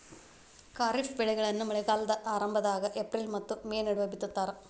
ಖಾರಿಫ್ ಬೆಳೆಗಳನ್ನ ಮಳೆಗಾಲದ ಆರಂಭದಾಗ ಏಪ್ರಿಲ್ ಮತ್ತ ಮೇ ನಡುವ ಬಿತ್ತತಾರ